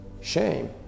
Shame